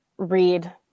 read